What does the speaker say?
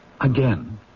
Again